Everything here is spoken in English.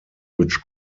which